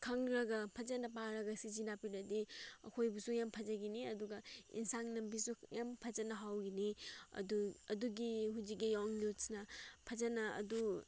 ꯈꯪꯂꯒ ꯐꯖꯅ ꯄꯥꯔꯒ ꯁꯤꯖꯤꯟꯅꯕꯅꯗꯤ ꯑꯩꯈꯣꯏꯕꯨꯁꯨ ꯌꯥꯝ ꯐꯖꯒꯅꯤ ꯑꯗꯨꯒ ꯑꯦꯟꯁꯥꯡ ꯅꯥꯄꯤꯁꯨ ꯌꯥꯝ ꯐꯖꯅ ꯍꯧꯒꯅꯤ ꯑꯗꯨ ꯑꯗꯨꯒꯤ ꯍꯧꯖꯤꯛꯀꯤ ꯌꯪ ꯌꯨꯠꯁꯅ ꯐꯖꯅ ꯑꯗꯨ